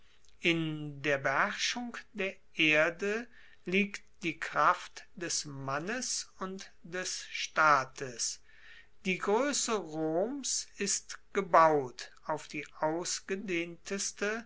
in der beherrschung der erde liegt die kraft des mannes und des staates die groesse roms ist gebaut auf die ausgedehnteste